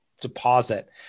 deposit